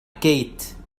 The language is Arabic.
كيت